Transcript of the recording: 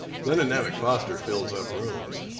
linda nemec foster fills up rooms.